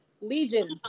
Legion